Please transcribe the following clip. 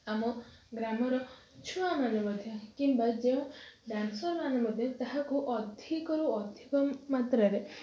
ଆମ ଗ୍ରାମର ଛୁଆମାନେ ମଧ୍ୟ କିମ୍ବା ଯେଉଁ ଡ୍ୟାନ୍ସରମାନେ ମଧ୍ୟ ତାହାକୁ ଅଧିକରୁ ଅଧିକ ମାତ୍ରାରେ